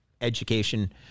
education